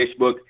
Facebook